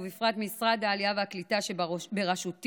ובפרט משרד העלייה והקליטה שבראשותי,